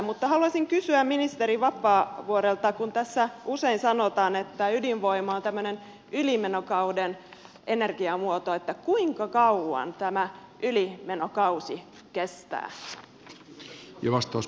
mutta haluaisin kysyä ministeri vapaavuorelta kun tässä usein sanotaan että ydinvoima on tämmöinen ylimenokauden energiamuoto että kuinka kauan tämä ylimenokausi kestää